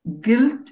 guilt